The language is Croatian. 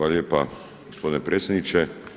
lijepa gospodine predsjedniče.